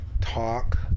talk